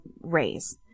raise